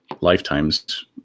lifetimes